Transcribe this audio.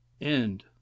End